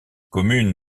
commune